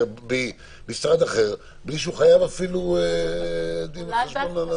ממשרד אחר בלי שהוא חייב אפילו דין וחשבון.